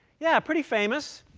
yeah, pretty famous.